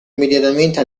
immediatamente